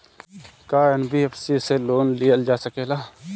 का एन.बी.एफ.सी से लोन लियल जा सकेला?